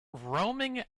roaming